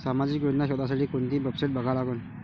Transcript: सामाजिक योजना शोधासाठी कोंती वेबसाईट बघा लागन?